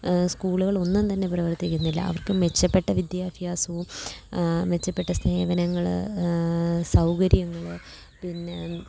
സ്കൂളുകൾ ഒന്നും തന്നെ പ്രവർത്തിക്കുന്നില്ല അവർക്കു മെച്ചപ്പെട്ട വിദ്യാഭ്യാസവും മെച്ചപ്പെട്ട സേവനങ്ങൾ സൗകര്യങ്ങൾ പിന്നെ